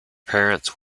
parents